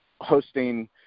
hosting